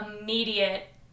immediate